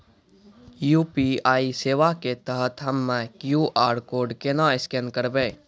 UPI सेवा के तहत हम्मय क्यू.आर कोड केना स्कैन करबै?